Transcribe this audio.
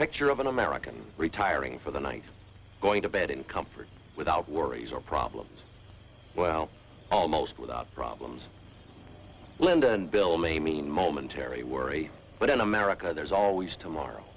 picture of an american retiring for the night going to bed in comfort without worries or problems well almost without problems linda and bill may mean momentary worry but in america there's always tomorrow